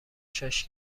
شاش